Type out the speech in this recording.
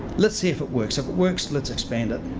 let's see if it works. if it works let's expand it.